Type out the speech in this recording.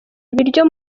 ibiryo